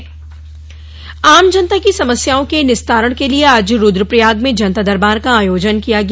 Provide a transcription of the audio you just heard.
जनता दरबार आम जनता की समस्याओं के निस्तारण के लिए आज रूद्रप्रयाग में जनता दरबार का आयोजन किया गया